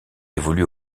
évolue